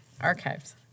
archives